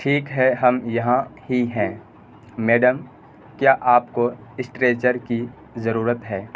ٹھیک ہے ہم یہاں ہی ہیں میڈم کیا آپ کو اسٹریچر کی ضرورت ہے